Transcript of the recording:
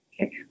okay